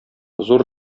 зур